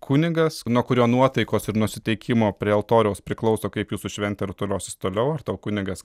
kunigas nuo kurio nuotaikos ir nusiteikimo prie altoriaus priklauso kaip jūsų šventė rutuliosis toliau ar tau kunigas